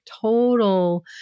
total